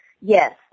yes